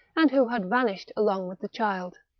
and who had vanished along with the child.